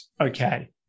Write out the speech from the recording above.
okay